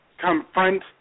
confront